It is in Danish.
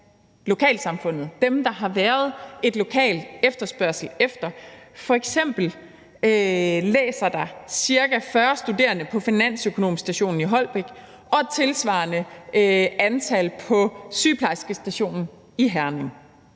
lokalsamfundet, altså dem, som der har været en lokal efterspørgsel efter. F.eks. læser der ca. 40 studerende på finansøkonomstationen i Holbæk og et tilsvarende antal på sygeplejerskestationen i Herning.